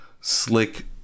slick